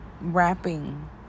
wrapping